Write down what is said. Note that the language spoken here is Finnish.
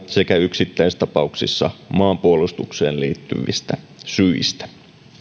sekä yksittäistapauksissa maanpuolustukseen liittyvistä syistä